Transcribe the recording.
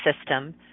system